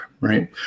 right